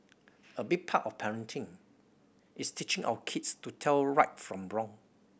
a big part of parenting is teaching our kids to tell right from wrong